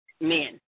men